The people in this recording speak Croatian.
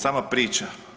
Sama priča.